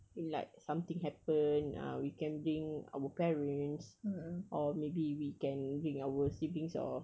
I mean like something happen uh we can bring our parents or maybe we can bring our siblings or